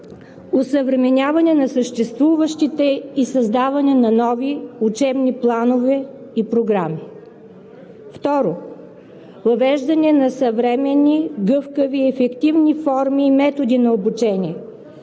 Осъвременяване на съществуващите и създаване на нови учебни планове и програми. 2. Въвеждане на съвременни гъвкави и ефективни форми и методи на обучение.